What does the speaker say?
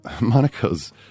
Monaco's